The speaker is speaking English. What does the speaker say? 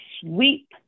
sweep